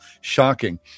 shocking